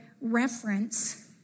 reference